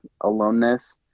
aloneness